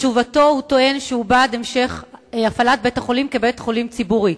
בתשובתו הוא טוען שהוא בעד המשך הפעלת בית-החולים כבית-חולים ציבורי.